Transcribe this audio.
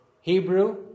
Hebrew